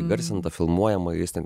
įgarsinta filmuojama jis ten